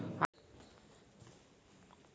Offline ದಾಗ ರೊಕ್ಕ ಕಳಸಬಹುದೇನ್ರಿ?